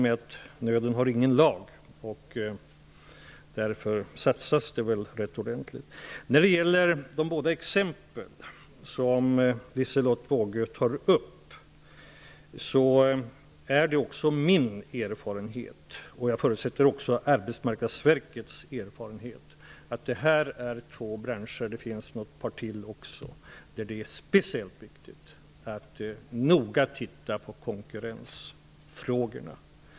Men nöden har ingen lag och därför satsas det rätt ordentligt. När det gäller de båda exempel som Liselotte Wågö tar upp är det också min erfarenhet, och jag förutsätter också Arbetsmarknadsverkets erfarenhet, att det här är två branscher -- det finns ett par till -- där det är speciellt viktigt att noga titta på konkurrensfrågorna.